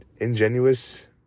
ingenuous